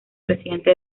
presidente